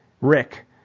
Rick